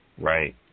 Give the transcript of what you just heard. Right